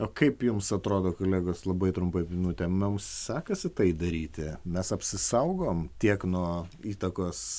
o kaip jums atrodo kolegos labai trumpai minutę mums sekasi tai daryti mes apsisaugom tiek nuo įtakos